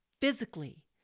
Physically